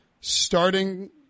starting